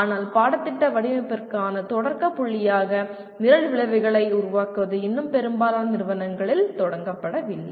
ஆனால் பாடத்திட்ட வடிவமைப்பிற்கான தொடக்க புள்ளியாக நிரல் விளைவுகளை உருவாக்குவது இன்னும் பெரும்பாலான நிறுவனங்களில் தொடங்கப்படவில்லை